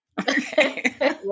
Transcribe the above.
Okay